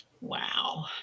Wow